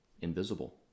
invisible